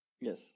Yes